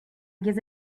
gives